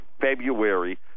February